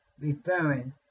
referring